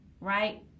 right